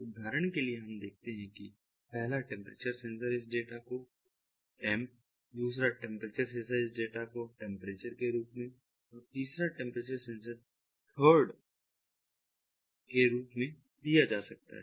उदाहरण के लिए हम देखते हैं कि पहला टेंपरेचर सेंसर इस डाटा को टेंप दूसरा टेंपरेचर सेंसर इस डाटा को टेंपरेचर के रूप में और तीसरा टेंपरेचर सेंसर थर्ड के रूप में दिया जा सकता है